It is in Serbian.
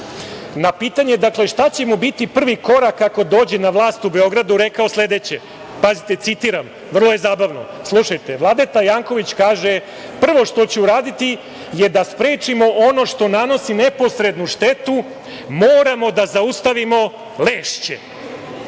na pitanje – šta će mu biti prvi korak ako dođe na vlast u Beogradu, rekao sledeće, citiram, vrlo je zabavno. Slušajte, Vladeta Janković kaže: „Prvo što ću uraditi je da sprečimo ono što nanosi neposrednu štetu, moramo da zaustavimo